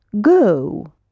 go